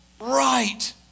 right